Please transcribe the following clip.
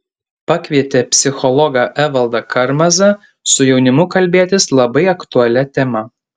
pakvietė psichologą evaldą karmazą su jaunimu kalbėtis labai aktualia tema